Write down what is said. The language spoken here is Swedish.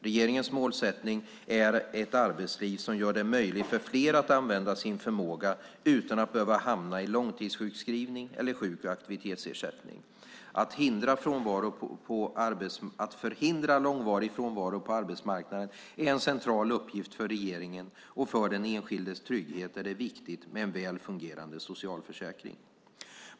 Regeringens målsättning är ett arbetsliv som gör det möjligt för fler att använda sin förmåga, utan att behöva hamna i långtidssjukskrivning eller sjuk och aktivitetsersättning. Att förhindra långvarig frånvaro på arbetsmarknaden är en central uppgift för regeringen, och för den enskildes trygghet är det viktigt med en väl fungerande socialförsäkring.